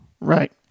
Right